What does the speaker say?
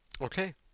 okay